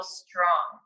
strong